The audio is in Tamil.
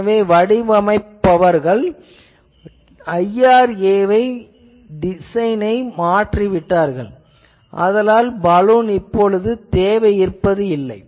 எனவே வடிவமைப்பவர்கள் IRA வை மாற்றிவிட்டனர் ஆதலால் பலூன் தேவை இல்லை